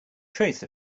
trace